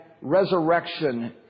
resurrection